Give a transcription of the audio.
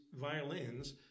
violins